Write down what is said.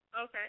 Okay